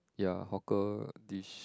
ya hawker dish